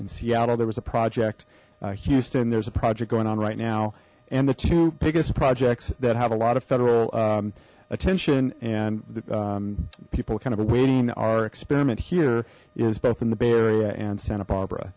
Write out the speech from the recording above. in seattle there was a project houston there's a project going on right now and the two biggest projects that have a lot of federal attention and people kind of awaiting our experiment here is both in the bay area and santa barbara